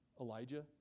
elijah